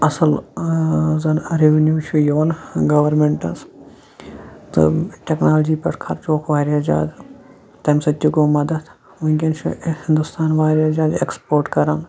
اصٕل ٲں زَن ریٚونیٛو چھُ یِوان گَورمِنٹَس تہٕ ٹیٚکنالوجی پٮ۪ٹھ خَرچووُکھ واریاہ زیادٕ تَمہِ سۭتۍ تہِ گوٚو مَدد وُنٛکیٚن چھُ ہنٛدوستان واریاہ زیادٕ ایٚکٕسپورٹ کَران